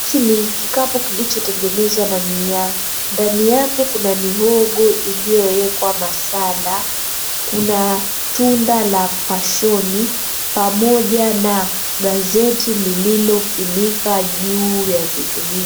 Chini kikapu kilichotengenezwa na miaa. Ndani yake kuna mihogo iliyowekwa masala . Kuna tunda la pashoni pamoja na gazeti lililofunika juu ya vitu hivyo.